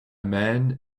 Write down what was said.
man